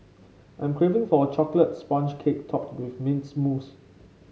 I am craving for a chocolate sponge cake topped with mint mousse